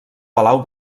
palau